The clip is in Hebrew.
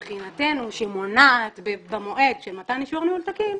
מבחינתנו שהיא מונעת במועד של מתן אישור ניהול תקין,